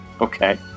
Okay